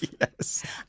Yes